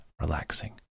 relaxing